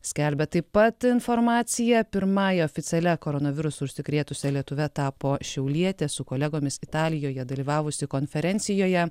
skelbia taip pat informaciją pirmąja oficialia koronavirusu užsikrėtusia lietuvė tapo šiaulietė su kolegomis italijoje dalyvavusi konferencijoje